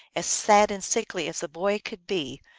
as sad and sickly as a boy could be,